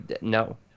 no